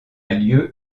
lieu